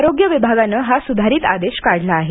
आरोग्य विभागानं हा सुधारित आदेश काढला आहे